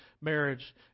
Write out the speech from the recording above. marriage